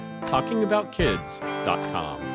TalkingAboutKids.com